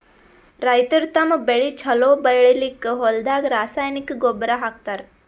ರೈತರ್ ತಮ್ಮ್ ಬೆಳಿ ಛಲೋ ಬೆಳಿಲಿಕ್ಕ್ ಹೊಲ್ದಾಗ ರಾಸಾಯನಿಕ್ ಗೊಬ್ಬರ್ ಹಾಕ್ತಾರ್